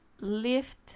lift